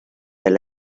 veel